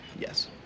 Yes